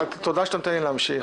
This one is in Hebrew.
תודה שאתה נותן לי להמשיך...